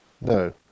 no